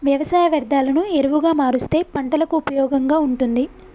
వ్యవసాయ వ్యర్ధాలను ఎరువుగా మారుస్తే పంటలకు ఉపయోగంగా ఉంటుంది